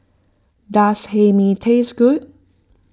does Hae Mee taste good